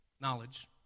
knowledge